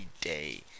day